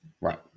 Right